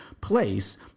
place